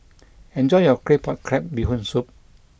enjoy your Claypot Crab Bee Hoon Soup